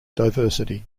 diversity